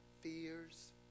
Fears